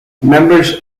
members